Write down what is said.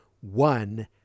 one